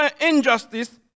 injustice